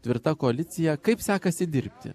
tvirta koalicija kaip sekasi dirbti